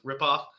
ripoff